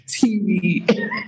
TV